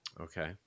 okay